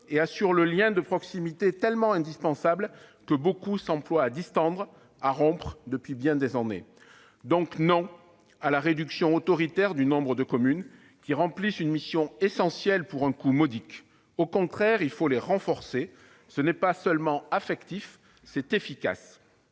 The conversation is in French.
et assure le lien de proximité, tellement indispensable, que beaucoup s'emploient à distendre, voire à rompre depuis bien des années. Dès lors, non à la réduction autoritaire du nombre de communes, qui remplissent une mission essentielle pour un coût modique. Au contraire, il faut les renforcer. Ce n'est pas seulement affectif ; c'est efficace